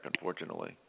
unfortunately